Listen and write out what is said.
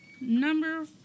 Number